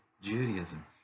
Judaism